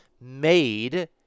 made